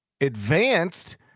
advanced